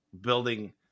building